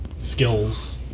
skills